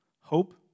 Hope